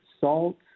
Salt